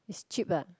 it's cheap ah